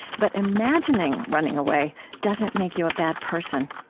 but imagining running away doesn't make you a bad person.